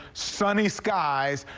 sunny skies,